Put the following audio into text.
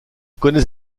connais